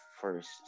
first